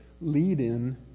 lead-in